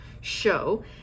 show